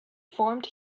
formed